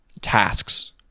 tasks